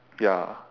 ya